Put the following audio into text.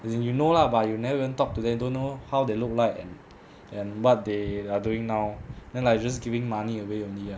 as in you know lah but you never even talk to them don't know how they look like and what they are doing now then like just giving money away only ah